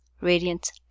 radiant